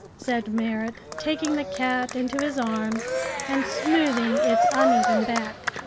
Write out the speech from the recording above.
said merrit, taking the cat into his arms and smoothing its uneven back.